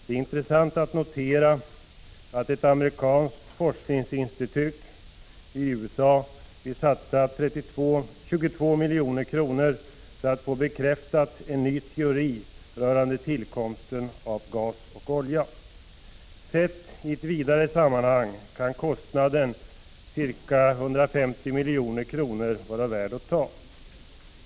Det är intressant att notera att ett amerikanskt forsknings institut i USA vill satsa 22 milj.kr. för att få en ny teori rörande tillkomst av — Prot. 1985/86:54 gas och olja bekräftad. 17 december 1985 Sett i ett vidare sammanhang kan kostnaden, ca 150 milj, kr., vara värd att. 00 ta.